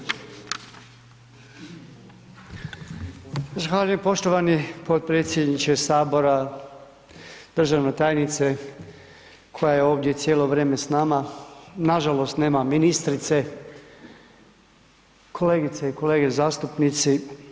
Zahvaljujem poštovani potpredsjedniče Sabora, državna tajnice koja je ovdje cijelo vrijeme s nama, nažalost nema ministrice, kolegice i kolege zastupnici.